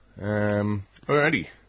Alrighty